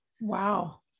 Wow